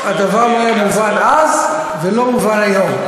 הדבר לא היה מובן אז, ולא מובן היום,